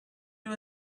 you